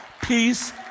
Peace